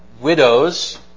widows